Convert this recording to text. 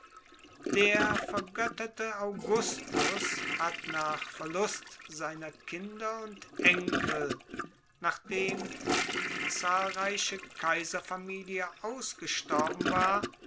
der vergötterte augustus hat nach verlust seiner kinder und enkel nachdem die zahlreiche kaiserfamilie ausgestorben war